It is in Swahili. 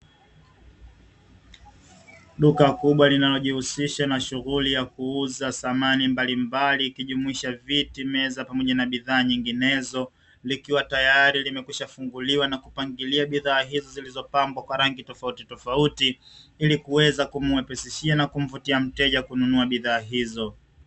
Duka kubwa linalojihusisha na shughuli ya kuuza samahani mbalimbali ikijumuisha viti meza pamoja na bidhaa nyinginezo, likiwa tayari limekwisha funguliwa na kupangilia bidhaa hizo zilizopambwa kwa rangi tofautitofauti ili kuweza kumwepesishia na kumvutia mteja kununua bidhaa hizo.